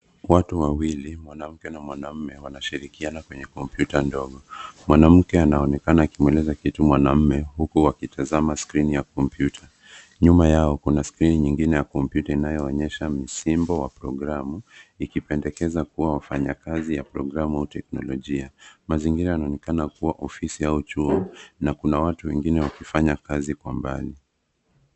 Watu wawili mwanamke na mwanaume wanashirikiana kwenye kompyuta ndogo, mwanamke anaonekana akimweleza kitu mwanaume huku wakitazama skrini ya kompyuta, nyuma yao kuna skrini nyingine ya kompyuta inayoonyesha msimbo wa programu ikipendekeza kuwa wafanyakazi ya programu au teknolojia ,mazingira yanaonekana kuwa ofisi au chuo na kuna watu wengine wakifanya kazi kwa mbali.